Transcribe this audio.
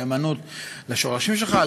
נאמנות לשורשים שלך,